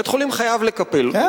בית-חולים חייב לטפל בהם,